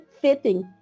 fitting